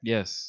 Yes